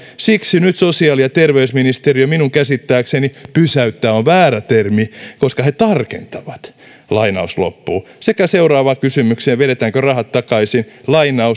siksi nyt sosiaali ja terveysministeriö minun käsittääkseni pysäyttää on väärä termi koska he tarkentavat sekä seuraavaan kysymykseen vedetäänkö rahat takaisin